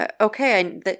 okay